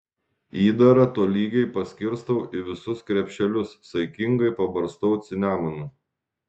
įdarą tolygiai paskirstau į visus krepšelius saikingai pabarstau cinamonu